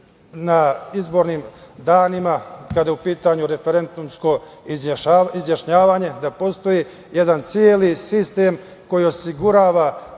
na izbornim danima kada je u pitanju referendumsko izjašnjavanje, da postoji jedan celi sistem koji osigurava